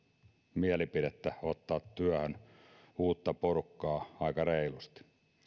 mielipidettä ottaa työhön uutta porukkaa aika reilusti